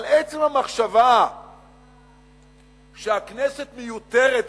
אבל עצם המחשבה שהכנסת מיותרת פה,